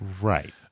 Right